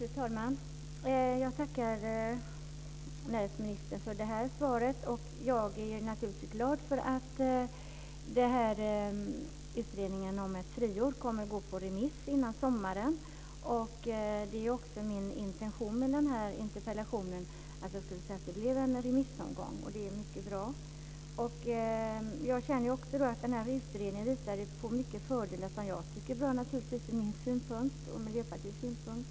Fru talman! Jag tackar näringsministern för det här svaret. Jag är naturligtvis glad för att utredningen om ett friår kommer att gå på remiss innan sommaren. Det var också min intention med interpellationen att se om det skulle bli en remissomgång. Det är mycket bra. Utredningen visar på många fördelar som jag naturligtvis tycker är bra ur min och Miljöpartiets synpunkt.